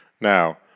Now